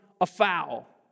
afoul